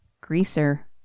Greaser